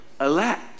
elect